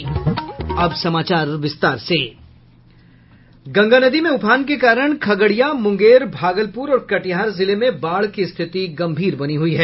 गंगा नदी में उफान के कारण खगड़िया मुंगेर भागलपुर और कटिहार जिले में बाढ़ की स्थिति गंभीर बनी हुई है